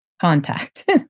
contact